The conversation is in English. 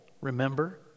remember